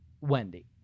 Wendy